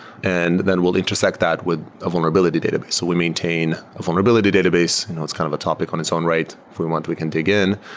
and then we'll will intersect that with a vulnerability database. so we maintain a vulnerability database. you know it's kind of a topic on its own right. if we want, we can dig in.